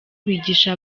bigisha